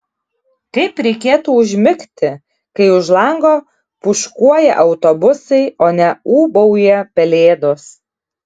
kaip reikėtų užmigti kai už lango pūškuoja autobusai o ne ūbauja pelėdos